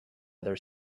other